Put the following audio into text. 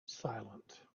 silent